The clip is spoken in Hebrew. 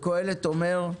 וקהלת אומר: